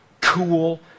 cool